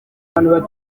umuntu